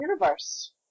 universe